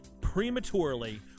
prematurely